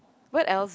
what else though